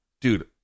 dude